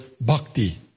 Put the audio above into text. bhakti